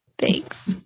Thanks